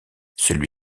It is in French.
celui